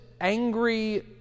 angry